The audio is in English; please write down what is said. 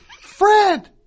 Fred